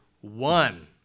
one